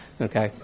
Okay